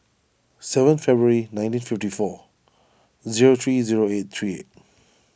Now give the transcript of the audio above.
seven February nineteen fifty four zero three zero eight three